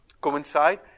coincide